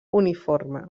uniforme